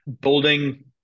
building